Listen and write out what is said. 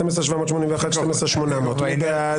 12,721 עד 12,740, מי בעד?